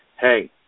Hey